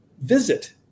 Visit